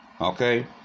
Okay